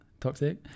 Toxic